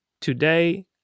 today